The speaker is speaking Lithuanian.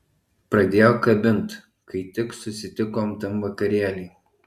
pradėjo kabint kai tik susitikom tam vakarėly